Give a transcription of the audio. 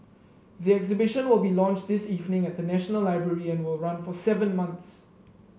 the exhibition will be launched this evening at the National Library and will run for seven months